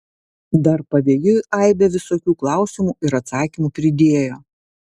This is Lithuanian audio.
dar pavėjui aibę visokių klausimų ir atsakymų pridėjo